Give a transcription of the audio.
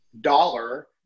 dollar